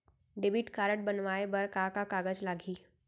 Debit card बनवाये बर का का कागज लागही?